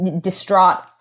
distraught